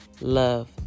love